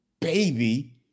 baby